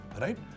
right